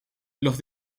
los